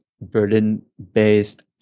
Berlin-based